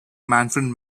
manfred